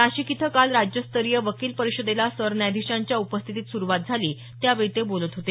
नाशिक इथं काल राज्यस्तरीत वकील परिषदेला सरन्यायाधीशांच्या उपस्थितीत सुरुवात झाली त्यावेळी ते बोलत होते